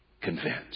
convinced